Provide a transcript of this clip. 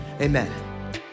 amen